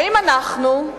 האם אנחנו,